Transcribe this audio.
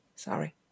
Sorry